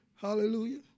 hallelujah